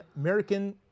American